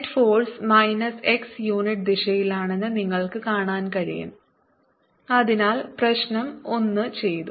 net force minus x unit ദിശയിലാണെന്ന് നിങ്ങൾക്ക് കാണാൻ കഴിയും അതിനാൽ പ്രശ്നം 1 ചെയ്തു